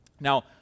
Now